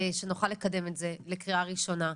שנוכל לקדם את זה לקריאה ראשונה.